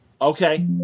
okay